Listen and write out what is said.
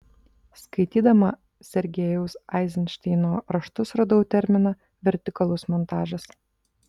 skaitydama sergejaus eizenšteino raštus radau terminą vertikalus montažas